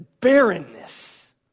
barrenness